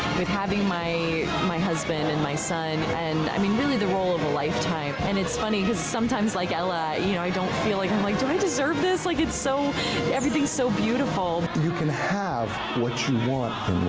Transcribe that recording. with having my my husband and my son, and i mean, the role of lifetime. and it's funny cause sometimes, like ella, you know, i don't feel like and like do i deserve this, like it's so everything's so beautiful. you can have what you want